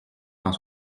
quand